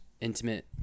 intimate